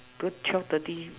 but twelve thirty